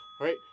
right